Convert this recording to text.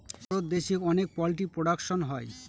ভারত দেশে অনেক poultry production হয়